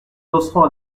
josserand